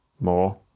more